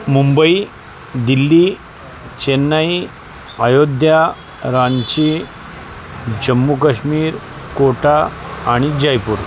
मुंबई दिल्ली चेन्नई अयोध्या रांची जम्मू काश्मीर कोटा आणि जयपूर